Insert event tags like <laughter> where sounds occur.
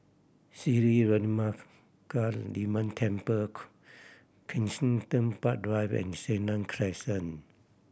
Sri Veeramakaliamman Temple <unintelligible> Kensington Park Drive and Senang Crescent